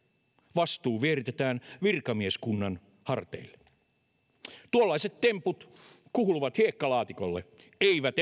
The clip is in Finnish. vastuu vieritetään virkamieskunnan harteille tuollaiset temput kuuluvat hiekkalaatikolle eivät